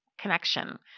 connection